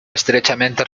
estrechamente